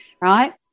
right